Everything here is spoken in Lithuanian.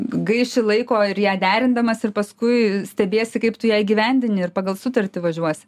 gaiši laiko ir ją derindamas ir paskui stebiesi kaip tu ją įgyvendini ir pagal sutartį važiuosi